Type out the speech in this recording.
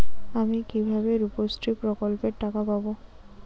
আমি কিভাবে রুপশ্রী প্রকল্পের টাকা পাবো?